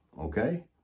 Okay